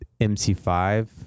MC5